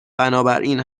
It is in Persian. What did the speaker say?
بنابراین